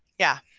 yeah.